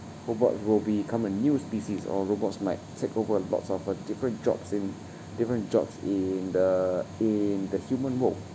robots will become a new species or robots might take over a lots of uh different jobs in different jobs in the in the human world